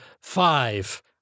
five